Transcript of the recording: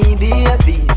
baby